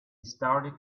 started